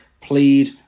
plead